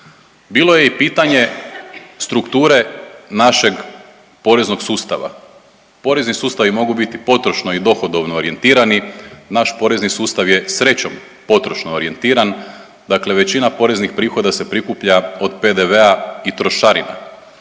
Bilo je i pitanje strukture našeg poreznog sustava. Porezni sustavi mogu biti potrošno i dohodovno orijentirani. Naš porezni sustav je srećom potrošno orijentiran, dakle većina poreznih prihoda se prikuplja od PDV-a i trošarina.